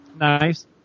Nice